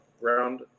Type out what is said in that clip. round